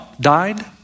died